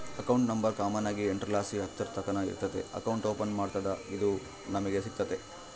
account number common ಆಗಿ ಎಂಟುರ್ಲಾಸಿ ಹತ್ತುರ್ತಕನ ಇರ್ತತೆ ಅಕೌಂಟ್ ಓಪನ್ ಮಾಡತ್ತಡ ಇದು ನಮಿಗೆ ಸಿಗ್ತತೆ